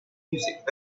music